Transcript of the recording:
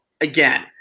again